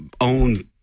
own